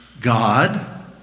God